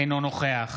אינו נוכח